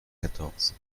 quatorze